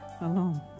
alone